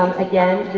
again,